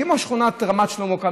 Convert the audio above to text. כמו שכונת רמת שלמה,